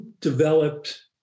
developed